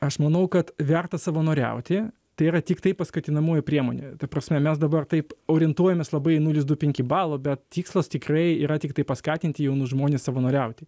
aš manau kad verta savanoriauti tai yra tiktai paskatinamoji priemonė ta prasme mes dabar taip orientuojamės labai į nulis du penki balo bet tikslas tikrai yra tiktai paskatinti jaunus žmones savanoriauti